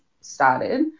started